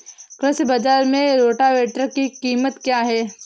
कृषि बाजार में रोटावेटर की कीमत क्या है?